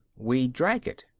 we drag it.